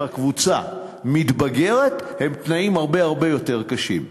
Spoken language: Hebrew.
הקבוצה מתבגרת הם תנאים הרבה הרבה יותר קשים.